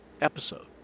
episode